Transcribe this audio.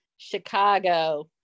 Chicago